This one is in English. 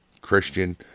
Christian